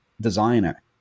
designer